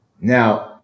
Now